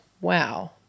wow